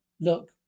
Look